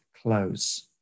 close